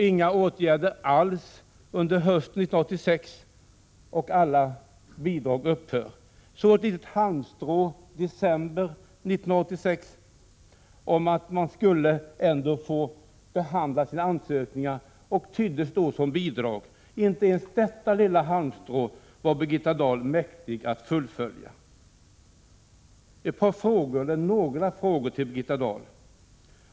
Inga åtgärder alls vidtogs under hösten 1986 — samtliga bidrag upphörde. I december 1986 kom ett litet halmstrå — ansökningarna skulle behandlas. Detta tyddes som att bidrag skulle kunna ges, men inte ens detta lilla halmstrå var Birgitta Dahl mäktig att göra någonting av. Jag skulle vilja ställa några frågor till Birgitta Dahl.